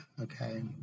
okay